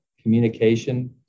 Communication